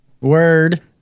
Word